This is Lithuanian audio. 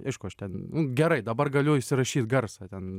aišku aš ten nu gerai dabar galiu įsirašyt garsą ten